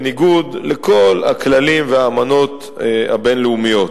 בניגוד לכל הכללים והאמנות הבין-לאומיות.